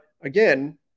again